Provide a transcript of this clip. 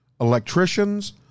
electricians